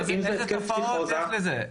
לא, אבל איזה תופעות יש לזה?